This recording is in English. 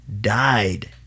died